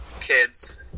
kids